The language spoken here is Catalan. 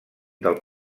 del